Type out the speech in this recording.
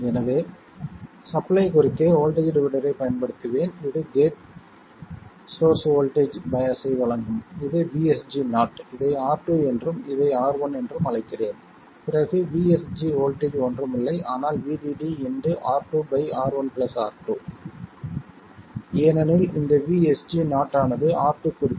எனவே சப்ளை குறுக்கே வோல்டேஜ் டிவைடரைப் பயன்படுத்துவேன் இது சோர்ஸ் கேட் வோல்டேஜ் பயாஸை வழங்கும் இது VSG0 இதை R2 என்றும் இதை R1 என்றும் அழைக்கிறேன் பிறகு VSG வோல்ட்டேஜ் ஒன்றுமில்லை ஆனால் VDD R2 R1 R2 ஏனெனில் இந்த VSG0 ஆனது R2 குறுக்கே உள்ளது